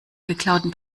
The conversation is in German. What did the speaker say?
geklauten